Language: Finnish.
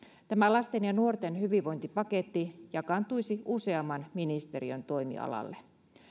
tämä lasten ja nuorten hyvinvointipaketti jakaantuisi useamman ministeriön toimialalle